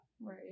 right